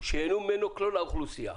שייהנו ממנו כל האוכלוסייה.